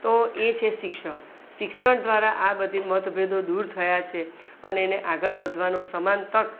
તો એ છે શિક્ષણ શિક્ષણ દ્વારા આ બધા મતભેદો દૂર થયા છે અને એને આગળ વધવાનો સમાન તક